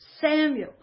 Samuel